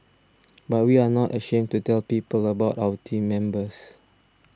but we are not ashamed to tell people about our team members